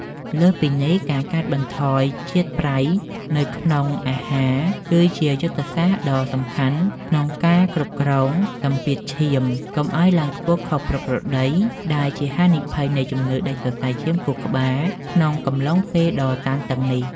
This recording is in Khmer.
លើសពីនេះ ការកាត់បន្ថយជាតិប្រៃនៅក្នុងអាហារ គឺជាយុទ្ធសាស្ត្រដ៏សំខាន់ក្នុងការគ្រប់គ្រងសម្ពាធឈាម កុំឱ្យឡើងខ្ពស់ខុសប្រក្រតី ដែលជាហានិភ័យនៃជំងឺដាច់សរសៃឈាមខួរក្បាលក្នុងកំឡុងពេលដ៏តានតឹងនេះ។